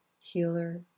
healer